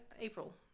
April